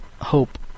hope